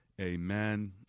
amen